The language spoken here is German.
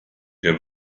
der